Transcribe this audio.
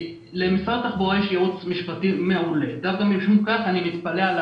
למשרד התחבורה יש ייעוץ משפטי מעולה ודווקא משום כך אני מתפלא על